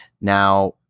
now